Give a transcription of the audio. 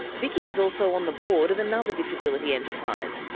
vicki is also on the board of another disability enterprise,